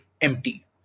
empty